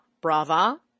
brava